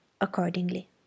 accordingly